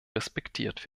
respektiert